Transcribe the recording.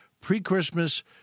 pre-Christmas